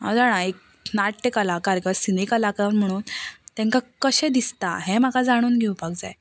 हांव जाणां एक नाट्य कलाकार वा स्नेह कलाकार म्हणून तांकां कशें दिसता हें म्हाका जाणून घेवपाक जाय